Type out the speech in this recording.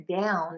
down